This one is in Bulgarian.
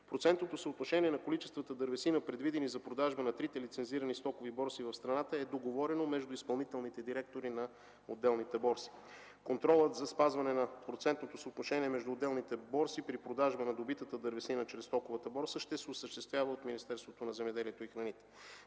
Процентното съотношение на количествата дървесина, предвидени за продажба на трите лицензирани стокови борси в страната, е договорено между изпълнителните директори на отделните борси. Контролът за спазването на процентното съотношение между отделните борси при продажба на добитата дървесина чрез стоковата борса ще се осъществява от Министерството на земеделието и храните.